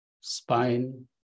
spine